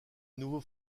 nouveau